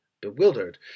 bewildered